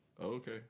Okay